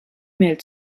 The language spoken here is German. mail